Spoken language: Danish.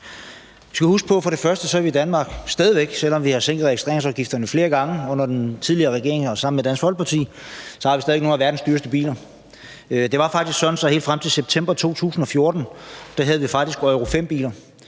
Vi skal huske på, at Danmark stadig væk, selv om vi har sænket registreringsafgifterne flere gange under den tidligere regering og sammen med Dansk Folkeparti, har nogle af verdens dyreste biler. Det var faktisk sådan, at helt frem til september 2014 havde vi Euro 5-biler.